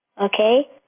Okay